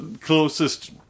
closest